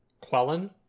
Quellen